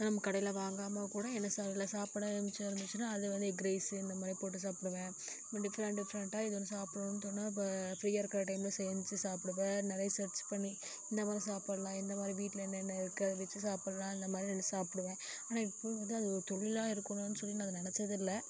நம்ம கடையில் வாங்காமல் கூட சாப்பாடு மிச்சம் இருந்துச்சின்னால் அதில் வந்து எக் ரைஸு இந்தமாதிரி போட்டு சாப்பிடுவேன் அப்புறம் டிஃப்ரெண்ட் டிஃப்ரெண்ட்டாக எதாவது சாப்பிட்ணுன்னு தோணினா அப்போ ஃப்ரீயாக இருக்கிற டைமில் செஞ்சு சாப்பிடுவேன் நிறைய ஸர்ச் பண்ணி இந்த மாதிரி சாப்பிட்லாம் எந்த மாதிரி வீட்டில் என்னன்ன இருக்கு அதை வச்சு சாப்பிட்லாம் அந்தமாதிரி சாப்பிடுவேன் ஆனால் எப்போவும் வந்து அது ஒரு தொழிலாக இருக்கணுன்னு சொல்லி நான் அதை நினச்சதில்ல